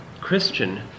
Christian